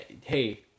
Hey